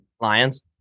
Lions